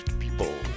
people